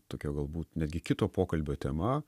tokio galbūt netgi kito pokalbio tema